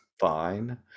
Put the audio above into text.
fine